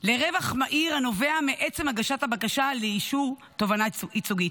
לרווח מהיר הנובע מעצם הגשת הבקשה לאישור תובענה ייצוגית.